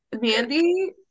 Mandy